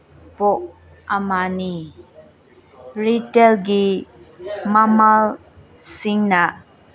ꯄꯣꯠ ꯑꯃꯅꯤ ꯔꯤꯇꯦꯜꯒꯤ ꯃꯃꯜ ꯁꯤꯡꯅ